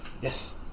Yes